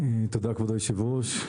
תודה, כבוד היושב-ראש.